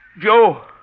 Joe